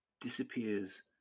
disappears